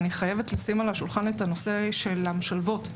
אני חייבת לשים על השולחן את הנושא של המשלבות.